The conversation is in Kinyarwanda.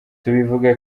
tubivuga